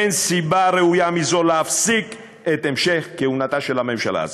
אין סיבה ראויה מזו להפסיק את המשך כהונתה של הממשלה הזאת.